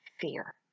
fear